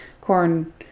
corn